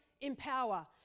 empower